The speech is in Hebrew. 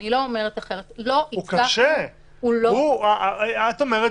אני לא אומרת אחרת --- את בעצם אומרת